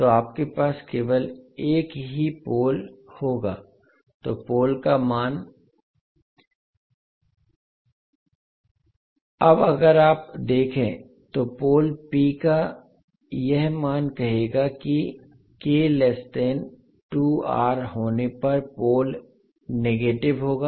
तो आपके पास केवल एक ही पोल होगा तो पोल का मान अब अगर आप देखें तो पोल P का यह मान कहेगा कि होने पर पोल नेगेटिव होगा